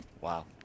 Wow